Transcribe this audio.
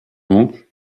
donc